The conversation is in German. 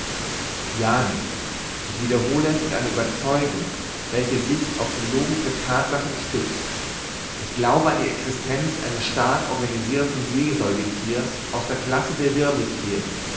ja ned ich wiederhole es mit einer ueberzeugung welche sich auf die logik der thatsachen stützt ich glaube an die existenz eines stark organisirten seesäugethiers aus der classe der